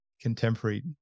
contemporary